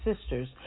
sisters